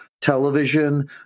television